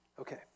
Okay